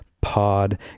Pod